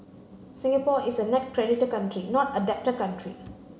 Singapore is a net creditor country not a debtor country